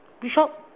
which shop